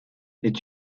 est